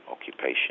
occupation